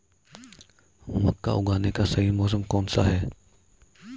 मक्का उगाने का सही मौसम कौनसा है?